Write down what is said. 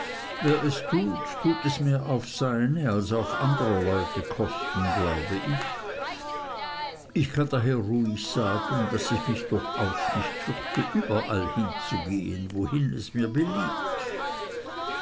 wer es tut tut es mehr auf seine als auf anderer leute kosten glaube ich ich kann daher ruhig sagen daß ich mich durchaus nicht fürchte überall hinzugehen wohin es mir beliebt